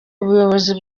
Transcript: ubuyobozi